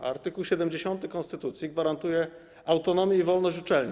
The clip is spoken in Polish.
Art. 70 konstytucji gwarantuje autonomię i wolność uczelni.